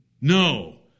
No